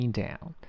down